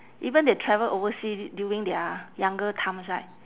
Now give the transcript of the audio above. even they travel oversea during their younger times right